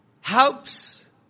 helps